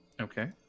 Okay